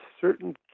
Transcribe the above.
certain